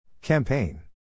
Campaign